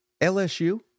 LSU